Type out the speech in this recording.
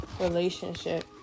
relationship